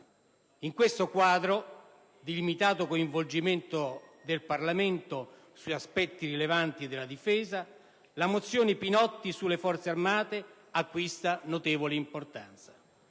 In questo quadro di limitato coinvolgimento del Parlamento sugli aspetti rilevanti della Difesa, la mozione n. 108 (testo 2) sulle Forze armate acquista notevole importanza.